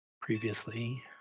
previously